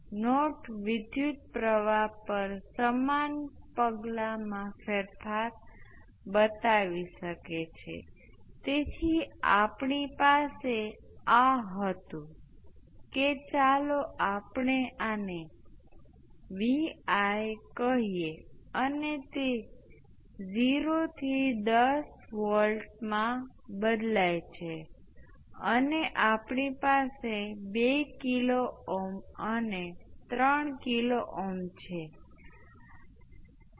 તેથી ફક્ત વિદ્યુત પ્રવાહ સ્ટેપની ગણતરી માટે જે પણ R 1 આપણી પાસે અહીં હતું અને R 2 આપણી પાસે હતું આ બેને KCL લખતી વખતે અવગણવામાં આવે છે તેનો મતલબ એ છે કે તેમની સામેનો વોલ્ટેજ ડ્રોપ 0 છે એટલે કે તેઓ શોર્ટ સર્કિટ છે